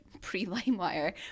pre-LimeWire